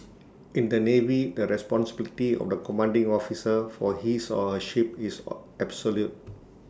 in the navy the responsibility of the commanding officer for his or her ship is absolute